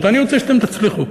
אני רוצה שאתם תצליחו.